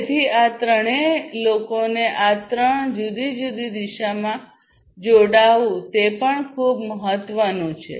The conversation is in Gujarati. તેથી આ ત્રણેય લોકોને આ ત્રણ જુદી જુદી દિશામાં જોડાવું તે પણ ખૂબ મહત્વનું છે